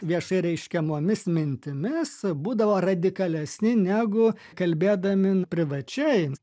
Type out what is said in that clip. viešai reiškiamomis mintimis būdavo radikalesni negu kalbėdami privačiai